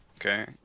Okay